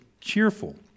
Cheerful